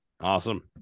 Awesome